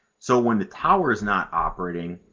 so when the tower is not operating,